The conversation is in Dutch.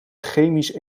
chemisch